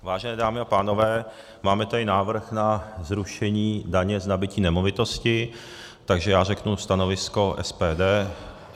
Vážené dámy a pánové, máme tady návrh na zrušení daně z nabytí nemovitosti, takže já řeknu stanovisko SPD.